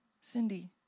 Cindy